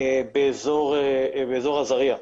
באזור עזריה.